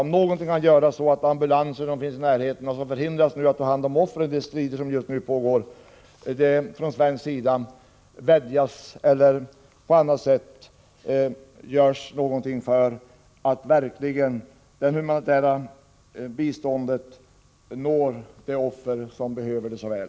Jag förutsätter också att det från svensk sida vädjas om att de ambulanser som finns i närheten inte förhindras att ta hand om offren för de strider som just nu pågår och att det på annat sätt görs någonting för att det humanitära biståndet verkligen når de offer som så väl behöver det.